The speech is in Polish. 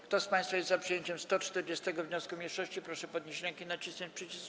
Kto z państwa jest za przyjęciem 146. wniosku mniejszości, proszę podnieść rękę i nacisnąć przycisk.